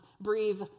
breathe